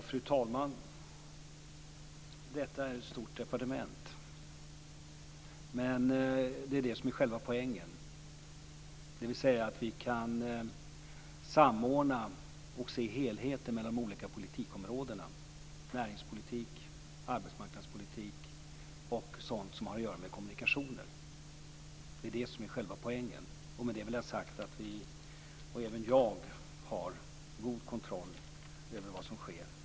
Fru talman! Detta är ett stort departement. Men det är det som är själva poängen, dvs. att vi kan samordna och se helheten mellan de olika politikområdena - näringspolitik, arbetsmarknadspolitik och sådant som har att göra med kommunikationer. Det är det som är själva poängen. Och med det vill jag ha sagt att vi och även jag har god kontroll över vad som sker.